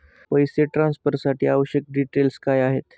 पैसे ट्रान्सफरसाठी आवश्यक डिटेल्स काय आहेत?